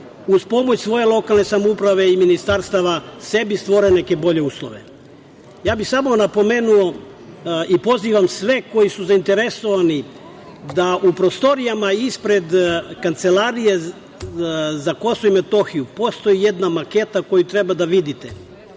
uz pomoć svoje lokalne samouprave i ministarstava sebi stvore neke bolje uslove. Ja bih samo napomenuo i pozivam sve koji su zainteresovani da u prostorijama i ispred Kancelarije za KiM postoji jedna maketa koju treba da vidite.